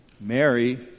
Mary